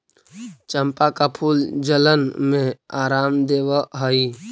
चंपा का फूल जलन में आराम देवअ हई